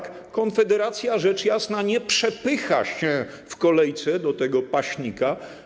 Konfederacja, rzecz jasna, nie przepycha się w kolejce do tego paśnika.